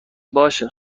باشه